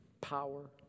power